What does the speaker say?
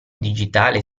digitale